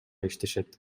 иштешет